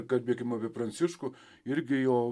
kalbėkim apie pranciškų irgi jo